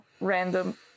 random